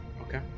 Okay